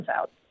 out